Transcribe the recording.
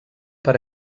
per